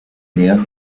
näheren